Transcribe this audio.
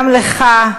גם לך,